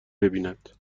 ببیند